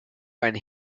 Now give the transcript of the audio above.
when